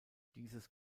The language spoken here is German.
dieses